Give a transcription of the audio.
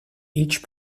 each